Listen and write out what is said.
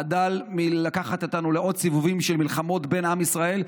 חדל מלקחת אותנו לעוד סיבובים של מלחמות בין עם ישראל,